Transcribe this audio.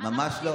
ממש לא.